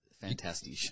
fantastic